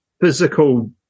physical